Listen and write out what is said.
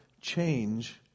change